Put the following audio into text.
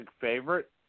favorite